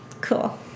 cool